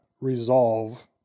resolve